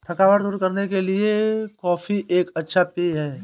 थकावट दूर करने के लिए कॉफी एक अच्छा पेय है